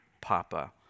Papa